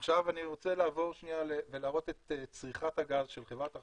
אני רוצה לעבור ולהראות את צריכת הגז של חברת החשמל.